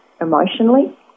emotionally